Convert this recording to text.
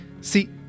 See